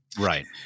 Right